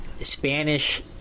Spanish